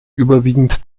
überwiegend